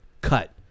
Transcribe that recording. cut